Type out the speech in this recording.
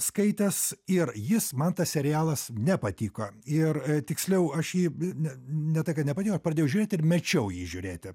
skaitęs ir jis man tas serialas nepatiko ir tiksliau aš jį ne ne tai kad nepatiko pradėjau žiūrėt ir mečiau jį žiūrėti